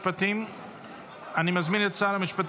אני יכול לקבל שקט?